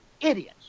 Idiots